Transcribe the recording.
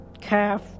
Calf